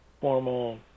formal